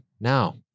now